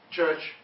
Church